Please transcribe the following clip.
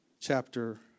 chapter